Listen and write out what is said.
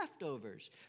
leftovers